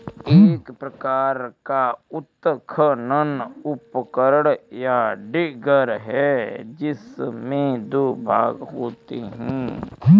एक प्रकार का उत्खनन उपकरण, या डिगर है, जिसमें दो भाग होते है